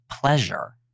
pleasure